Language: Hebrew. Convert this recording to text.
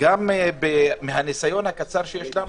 גם מהניסיון הקצר שיש לנו,